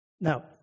Now